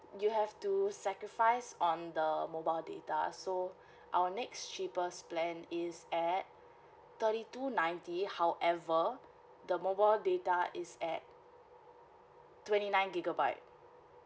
you have to sacrifice on the mobile data so our next cheaper plan is at thirty two ninety however the mobile data is at twenty nine gigabyte